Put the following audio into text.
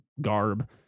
garb